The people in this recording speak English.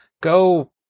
Go